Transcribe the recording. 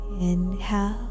inhale